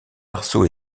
arceaux